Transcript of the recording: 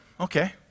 Okay